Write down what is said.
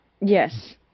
Yes